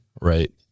right